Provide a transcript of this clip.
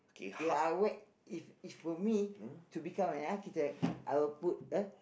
ya I if if for me to become an architect I would put a